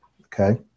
okay